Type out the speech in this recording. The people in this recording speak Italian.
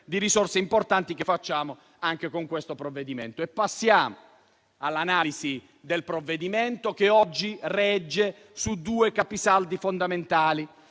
risorse importanti, come fa anche questo provvedimento. Passiamo all'analisi del provvedimento, che oggi si regge su due capisaldi fondamentali: